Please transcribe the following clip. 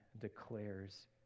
declares